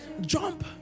jump